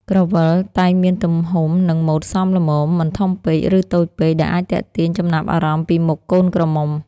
ក្រវិល តែងមានទំហំ និង ម៉ូដសមល្មម មិនធំពេក ឬ តូចពេក ដែលអាចទាក់ទាញចំណាប់អារម្មណ៍ពីមុខកូនក្រមុំ។